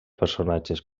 personatges